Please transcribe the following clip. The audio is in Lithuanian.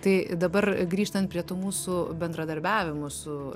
tai dabar grįžtant prie tų mūsų bendradarbiavimų su